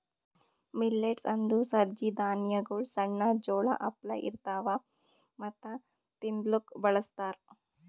millets ಅಂದುರ್ ಸಜ್ಜಿ ಧಾನ್ಯಗೊಳ್ ಸಣ್ಣ ಜೋಳ ಅಪ್ಲೆ ಇರ್ತವಾ ಮತ್ತ ತಿನ್ಲೂಕ್ ಬಳಸ್ತಾರ್